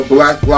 Black